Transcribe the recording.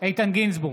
איתן גינזבורג,